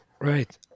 Right